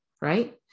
right